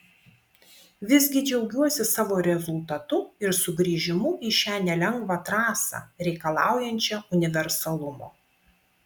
visgi džiaugiuosi savo rezultatu ir sugrįžimu į šią nelengvą trasą reikalaujančią universalumo